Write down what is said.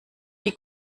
die